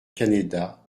canéda